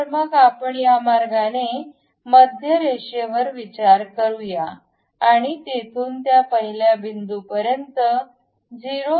तर मग आपण या मार्गाने मध्य रेषेवर विचार करूया आणि येथून त्या पहिल्या बिंदूपर्यंत ते 0